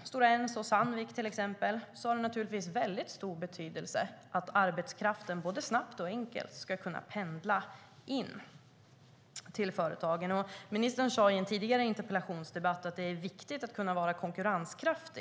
till exempel Stora Enso och Sandvik, har det stor betydelse att arbetskraften snabbt och enkelt kan pendla in till företagen. Ministern sade i en tidigare interpellationsdebatt att det är viktigt med konkurrenskraft.